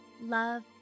love